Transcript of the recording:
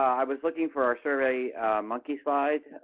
i was looking for our survey monkey slide,